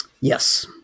Yes